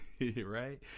right